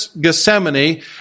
Gethsemane